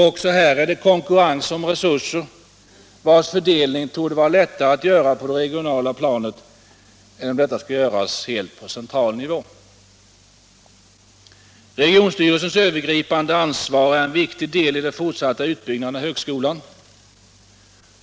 Också här är det konkurrens om resurser, vars fördelning torde vara lättare att göra på det regionala planet än på central nivå. Regionstyrelsens övergripande ansvar är en viktig del i den fortsatta utbyggnaden av högskolan.